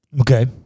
Okay